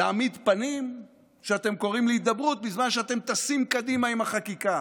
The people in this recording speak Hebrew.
להעמיד פנים שאתם קוראים להידברות בזמן שאתם טסים קדימה עם החקיקה.